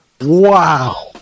Wow